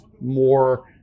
more